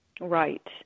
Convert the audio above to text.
right